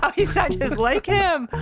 um you sound just like him!